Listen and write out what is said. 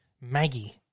Maggie